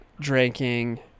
drinking